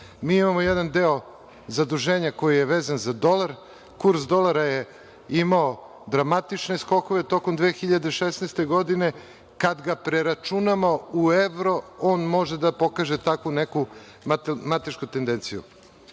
Mi imamo jedan deo zaduženja koji je vezan za dolar. Kurs dolara je imao dramatične skokove tokom 2016. godine. Kad ga preračunamo u evro, on može da pokaže takvu neku matematičku tendenciju.